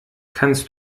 kannst